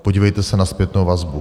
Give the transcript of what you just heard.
Podívejte se na zpětnou vazbu.